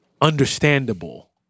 understandable